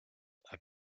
are